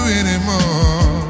anymore